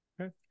okay